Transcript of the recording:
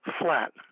flat